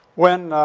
when, ah,